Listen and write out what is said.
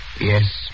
Yes